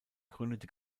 gründete